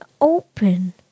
open